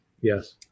Yes